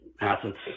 assets